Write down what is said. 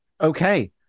okay